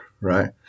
Right